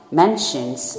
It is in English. mentions